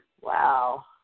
Wow